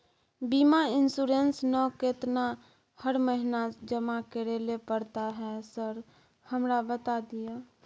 बीमा इन्सुरेंस ना केतना हर महीना जमा करैले पड़ता है सर हमरा बता दिय?